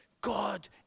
God